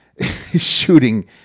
shooting